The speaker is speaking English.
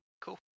Cool